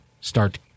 start